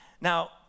Now